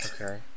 okay